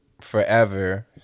forever